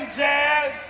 jazz